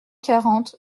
quarante